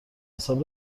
حساب